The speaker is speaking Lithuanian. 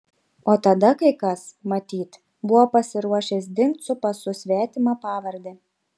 o tada kai kas matyt buvo pasiruošęs dingt su pasu svetima pavarde